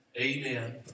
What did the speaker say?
amen